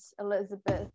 elizabeth